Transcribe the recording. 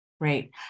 Great